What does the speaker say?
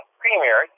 premier